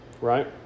right